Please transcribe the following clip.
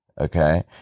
Okay